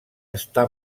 està